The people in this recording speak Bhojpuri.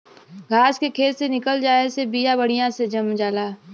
घास के खेत से निकल जाये से बिया बढ़िया से जाम जाला